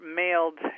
mailed